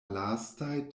lastaj